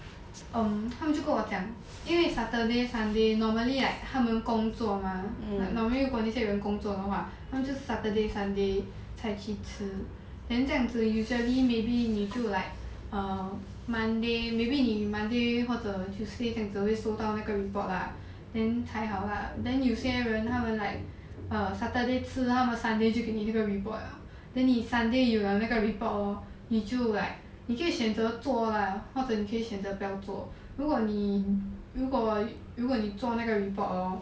um 他们就跟我讲因为 saturday sunday normally like 他们工作 mah like normally 如果那些人工作的话他们就 saturday sunday 才去吃 then 这样子 usually maybe 你就 like um monday maybe 你 monday 或者 tuesday 这样子会收到那个 report lah then 才好 lah then 有些人他们 like err saturday 吃他们 sunday 就给你那个 report liao then 你 sunday 有 liao 那个 report hor 你就 like 你可以选择 lah 或者你可以选择不要做如果你如果如果你做那个 report hor